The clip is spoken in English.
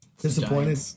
Disappointed